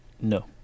No